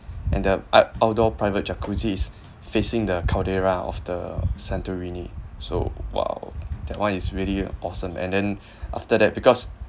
and the out~ outdoor private jacuzzi is facing the caldera of the santorini so !wow! that one is really awesome and then after that because